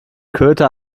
köter